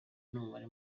n’umubare